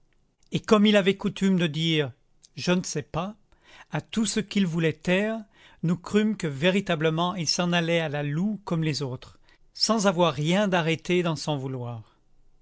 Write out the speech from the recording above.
et comme il avait coutume de dire je ne sais pas à tout ce qu'il voulait taire nous crûmes que véritablement il s'en allait à la loue comme les autres sans avoir rien d'arrêté dans son vouloir